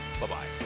Bye-bye